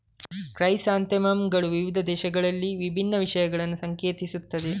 chrysanthemum ಗಳು ವಿವಿಧ ದೇಶಗಳಲ್ಲಿ ವಿಭಿನ್ನ ವಿಷಯಗಳನ್ನು ಸಂಕೇತಿಸುತ್ತವೆ